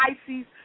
Pisces